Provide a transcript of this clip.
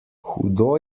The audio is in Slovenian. hudo